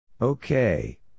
Okay